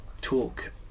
talk